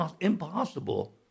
impossible